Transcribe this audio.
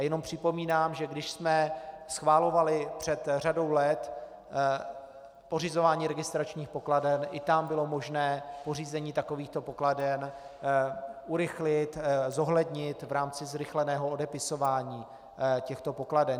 Jenom připomínám, že když jsme schvalovali před řadou let pořizování registračních pokladen, i tam bylo možné pořízení takovýchto pokladen urychlit, zohlednit v rámci zrychleného odepisování těchto pokladen.